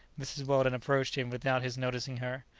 mrs. weldon approached him without his noticing her.